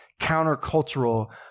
countercultural